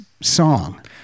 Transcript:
song